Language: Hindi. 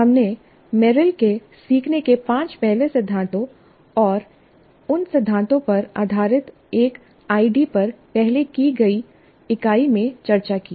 हमने मेरिल के सीखने के पांच पहले सिद्धांतों और उन सिद्धांतों पर आधारित एक आईडी पर पहले की इकाई में चर्चा की थी